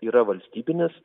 yra valstybinis